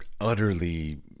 utterly